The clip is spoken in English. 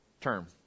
term